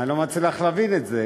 אני לא מצליח להבין את זה.